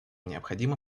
необходимо